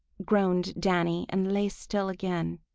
groaned danny and lay still again.